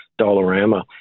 Dollarama